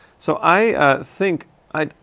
so i ah think i,